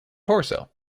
torso